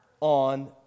on